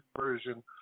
version